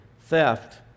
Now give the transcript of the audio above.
theft